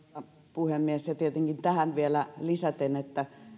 puhemies se tietenkin tähän vielä lisäten että